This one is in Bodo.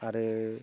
आरो